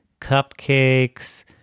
cupcakes